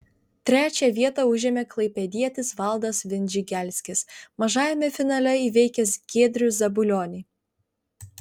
trečią vietą užėmė klaipėdietis valdas vindžigelskis mažajame finale įveikęs giedrių zabulionį